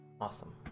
awesome